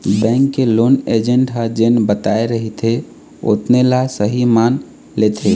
bank के loan agent ह जेन बताए रहिथे ओतने ल सहीं मान लेथे